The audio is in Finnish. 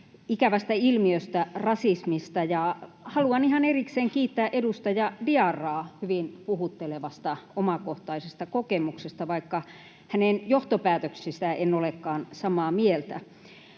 ikävästä ilmiöstä, rasismista. Haluan ihan erikseen kiittää edustaja Diarraa hyvin puhuttelevasta omakohtaisesta kokemuksesta, vaikka hänen johtopäätöksistään en olekaan samaa mieltä.